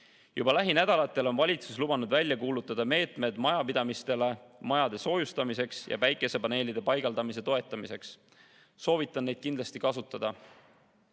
Juba lähinädalatel on valitsus lubanud välja kuulutada meetmed majapidamistele majade soojustamiseks ja päikesepaneelide paigaldamise toetamiseks. Soovitan neid kindlasti kasutada. Lisaks